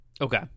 Okay